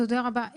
תודה רבה.